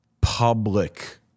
public